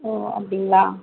ஓ அப்படிங்களா